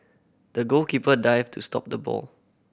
the goalkeeper dived to stop the ball